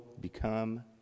become